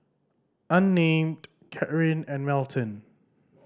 Unnamed Caryn and Melton